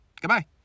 Goodbye